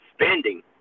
spending